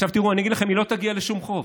עכשיו תראו, אני אגיד לכם, היא לא תגיע לשום חוף.